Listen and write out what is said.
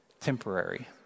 temporary